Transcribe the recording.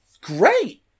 great